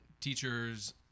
teachers